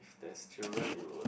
there's children it would